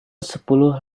sepuluh